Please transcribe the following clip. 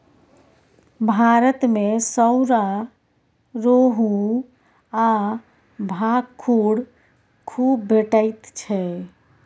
भारत मे सौरा, रोहू आ भाखुड़ खुब भेटैत छै